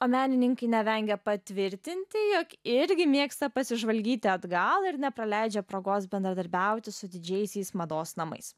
o menininkai nevengia patvirtinti jog irgi mėgsta pasižvalgyti atgal ir nepraleidžia progos bendradarbiauti su didžiaisiais mados namais